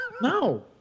no